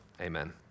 Amen